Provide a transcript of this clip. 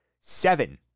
Seven